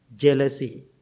Jealousy